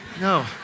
No